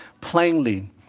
plainly